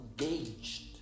engaged